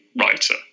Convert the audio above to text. writer